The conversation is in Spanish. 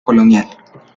colonial